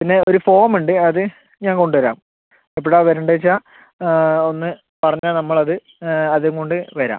പിന്നെ ഒരു ഫോമ് ഉണ്ട് അത് ഞാൻ കൊണ്ടുവരാം എപ്പഴാണ് വരണ്ടത് വെച്ചാൽ ഒന്ന് പറഞ്ഞാൽ നമ്മളത് അതും കൊണ്ട് വരാം